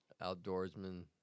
outdoorsman